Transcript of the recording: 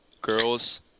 girls